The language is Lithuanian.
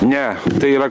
ne tai yra